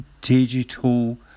digital